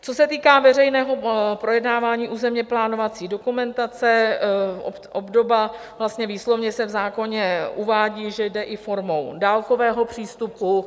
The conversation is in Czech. Co se týká veřejného projednávání územně plánovací dokumentace, obdoba vlastně výslovně se v zákoně uvádí, že jde i formou dálkového přístupu.